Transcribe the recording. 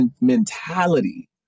mentality